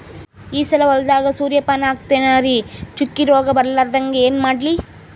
ಈ ಸಲ ಹೊಲದಾಗ ಸೂರ್ಯಪಾನ ಹಾಕತಿನರಿ, ಚುಕ್ಕಿ ರೋಗ ಬರಲಾರದಂಗ ಏನ ಮಾಡ್ಲಿ?